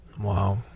Wow